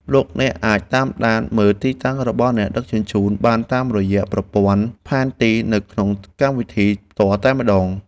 លោកអ្នកអាចតាមដានមើលទីតាំងរបស់អ្នកដឹកជញ្ជូនបានតាមរយៈប្រព័ន្ធផែនទីនៅក្នុងកម្មវិធីផ្ទាល់តែម្តង។